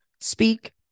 speak